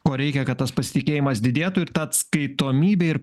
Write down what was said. ko reikia kad tas pasitikėjimas didėtų ir ta atskaitomybė ir